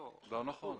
לא נכון.